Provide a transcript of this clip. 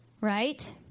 right